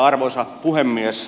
arvoisa puhemies